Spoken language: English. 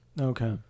Okay